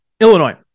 Illinois